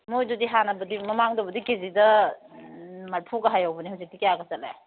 ꯃꯣꯏꯗꯨꯗꯤ ꯍꯥꯟꯅꯕꯨꯗꯤ ꯃꯃꯥꯡꯗꯕꯨꯗꯤ ꯀꯦꯖꯤꯗ ꯃꯔꯤꯐꯨꯒ ꯍꯥꯏꯍꯧꯕꯅꯤ ꯍꯧꯖꯤꯛꯇꯤ ꯀꯌꯥꯒ ꯆꯠꯂꯦ